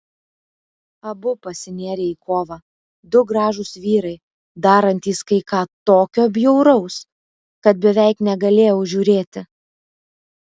abu pasinėrė į kovą du gražūs vyrai darantys kai ką tokio bjauraus kad beveik negalėjau žiūrėti